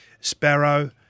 Sparrow